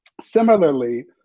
Similarly